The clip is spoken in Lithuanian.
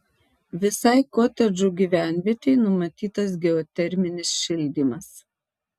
visai kotedžų gyvenvietei numatytas geoterminis šildymas